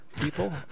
people